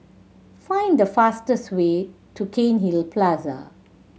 find the fastest way to Cairnhill Plaza